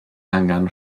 angen